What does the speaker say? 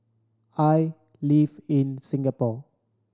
I live in Singapore